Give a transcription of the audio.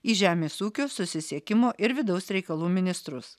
į žemės ūkio susisiekimo ir vidaus reikalų ministrus